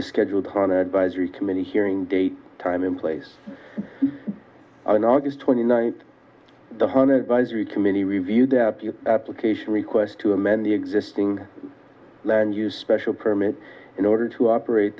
the scheduled one advisory committee hearing date time in place on august twenty ninth the one advisory committee review their application request to amend the existing land use special permit in order to operate